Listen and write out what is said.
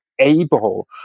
able